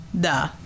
Duh